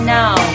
now